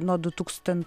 nuo du tūkstan